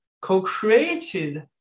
co-created